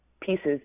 pieces